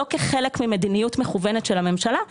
לא כחלק ממדיניות מכוונת של הממשלה,